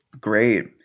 Great